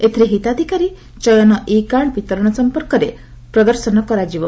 ଏଥିରେ ହିତାଧିକାରୀ ଚୟନ ଇ କାର୍ଡ ବିତରଣ ସମ୍ପର୍କରେ ପ୍ରଦର୍ଶନ କରାଯିବ